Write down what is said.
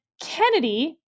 Kennedy